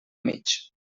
mig